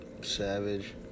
Savage